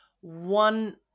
one